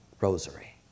Rosary